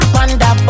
Panda